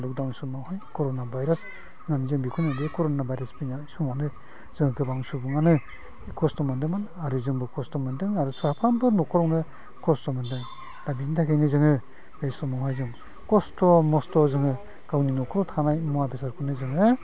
lockdown समावहाय corona virus जों बेखौनो बे करना भाइरास समाव जों गोबां सुबुङानो खस्थ' मोनदोंमोन आरो जोंबो खस्थ' मोनदों आरो मोनफ्रोमबो न'खरावनो खस्थ' मोनदों दा बिनि थाखायनो जोङो बे समावहाय जों खस्थ' मस्थयै जोङो गावनि न'खरावनो थानाय मुवा बेसादखौ जोङो